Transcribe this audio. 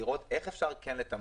לראות איך כן אפשר לתמרץ